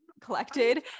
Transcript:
collected